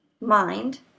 mind